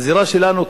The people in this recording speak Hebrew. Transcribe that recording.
הזירה שלנו כאן.